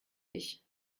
ich